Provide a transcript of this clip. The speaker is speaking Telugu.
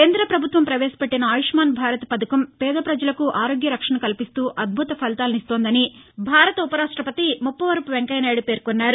కేందపభుత్వం పవేశపెట్లిన ఆయుష్మాన్ భారత్ పధకం పేదపజలకు ఆరోగ్యరక్షణ కల్పిస్తూ అద్భుత ఫలితాలనిస్తోందని భారత ఉపరాష్టపతి ముప్పవరపు వెంకయ్యనాయుడు పేర్కొన్నారు